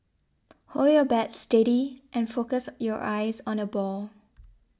hold your bat steady and focus your eyes on the ball